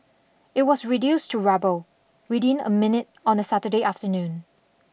it was reduced to rubble within a minute on a Saturday afternoon